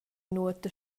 nuota